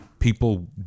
people